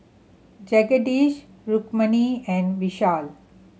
Jagadish Rukmini and Vishal